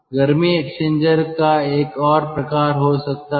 गर्मी एक्सचेंजर का एक और प्रकार हो सकता है